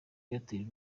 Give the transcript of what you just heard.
airtel